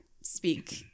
speak